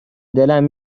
دلم